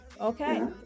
okay